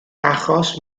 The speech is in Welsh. achos